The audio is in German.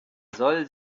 soll